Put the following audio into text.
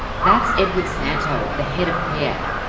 that's edward santow, the head of piac.